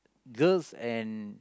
girls and